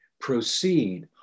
proceed